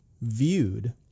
viewed